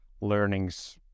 learnings